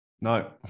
no